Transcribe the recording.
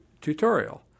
tutorial